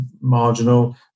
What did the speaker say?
marginal